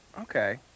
Okay